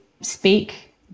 speak